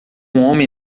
homem